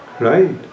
Right